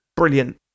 brilliant